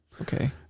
okay